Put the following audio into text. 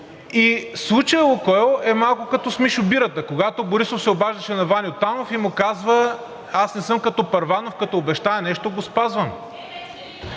и случаят „Лукойл“ е малко като с Мишо Бирата, когато Борисов се обаждаше на Ваньо Танов и му казва: „Аз не съм като Първанов. Като обещая нещо, го спазвам.“